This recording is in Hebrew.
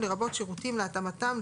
לרבות שירותים להתאמתם,